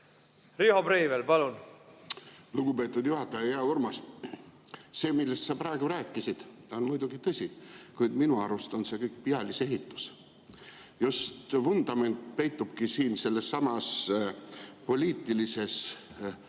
Riho Breivel, palun! Lugupeetud juhataja! Hea Urmas! See, millest sa praegu rääkisid, on muidugi tõsi, kuid minu arust on see kõik pealisehitus. Vundament peitub sellessamas poliitilises